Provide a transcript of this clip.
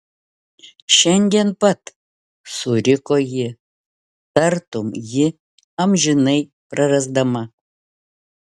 šiandien pat suriko ji tartum jį amžinai prarasdama